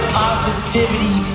positivity